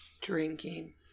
Drinking